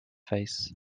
face